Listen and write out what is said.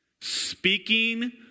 speaking